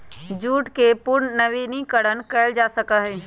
jute के पुनर्नवीनीकरण कइल जा सका हई